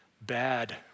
bad